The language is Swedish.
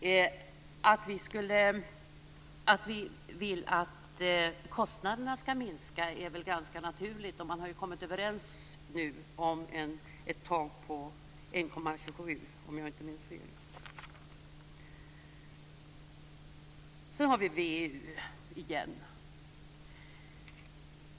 Att vi vill att kostnaderna skall minska är väl ganska naturligt. Man har kommit överens om ett tak på 1,27 %, om jag inte minns fel. Så har vi frågan om VEU igen.